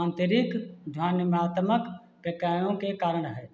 आंतरिक ध्वन्यनमात्मक प्रक्रियाओं के कारण है